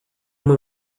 uma